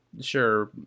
sure